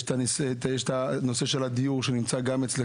יש הנושא של הדיור שגם נמצא אצלך,